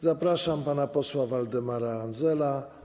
Zapraszam pana posła Waldemara Andzela.